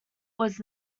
was